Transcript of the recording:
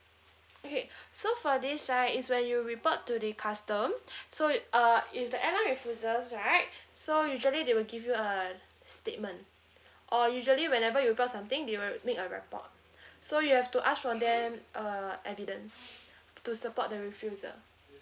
okay so for this right is when you report to the custom so it uh if the airline refuses right so usually they will give you a statement or usually whenever you got something they will make a report so you have to ask from them err evidence to support the refusal